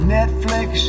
Netflix